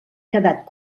quedat